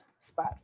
spot